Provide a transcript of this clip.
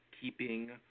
keeping